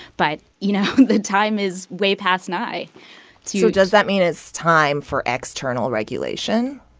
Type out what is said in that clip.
but, you know, the time is way past nigh to. so does that mean it's time for external regulation?